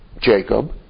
Jacob